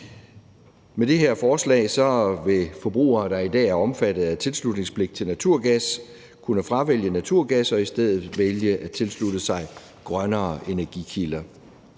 Med det her forslag vil forbrugere, der i dag er omfattet af tilslutningspligt til naturgas, kunne fravælge naturgas og i stedet vælge at tilslutte sig grønnere energikilder.